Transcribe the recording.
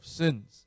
sins